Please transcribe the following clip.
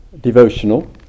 devotional